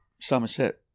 Somerset